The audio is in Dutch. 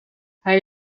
hij